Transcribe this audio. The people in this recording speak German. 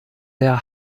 der